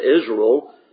Israel